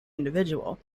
individual